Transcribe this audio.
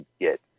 get